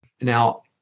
Now